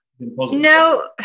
No